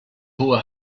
hohe